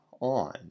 on